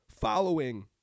following